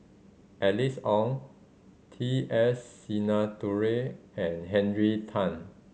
Alice Ong T S Sinnathuray and Henry Tan